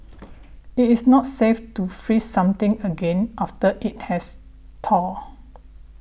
it is not safe to freeze something again after it has thawed